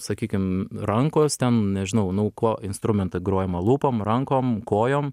sakykim rankos ten nežinau nu kuo instrumentą grojama lūpom rankom kojom